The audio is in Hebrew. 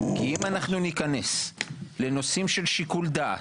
כי אם אנחנו ניכנס לנושאים של שיקול דעת,